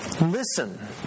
Listen